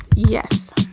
yes?